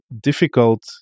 difficult